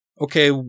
okay